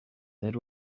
that